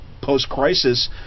post-crisis